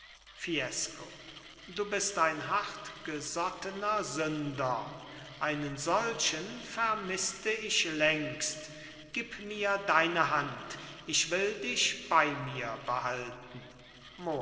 fiesco du bist ein hartgesottener sünder einen solche vermißte ich längst gib mir deine hand ich will dich bei mir behalten